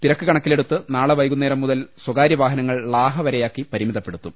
തിരക്ക് കണക്കിലെടുത്ത് നാളെ വൈകുന്നേരം മുതൽ സ്വകാര്യവാഹനങ്ങൾ ളാഹ വരെയാക്കി പരിമിതപ്പെടുത്തും